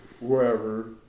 wherever